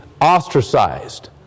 ostracized